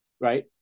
Right